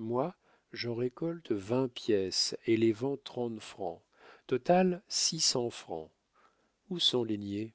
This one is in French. moi j'en récolte vingt pièces et les vends trente francs total six cents francs où sont les niais